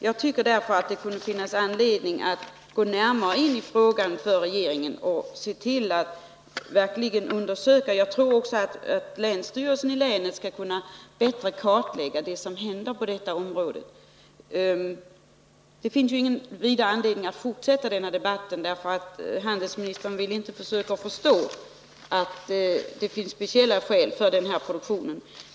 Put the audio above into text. Jag tycker att regeringen borde undersöka frågan närmare. Länsstyrelsen skulle nog också bättre kunna kartlägga vad som har hänt. Det finns ingen större anledning att fortsätta den här debatten, eftersom handelsministern inte vill förstå att det föreligger speciella skäl för denna produktion.